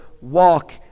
Walk